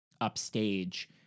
upstage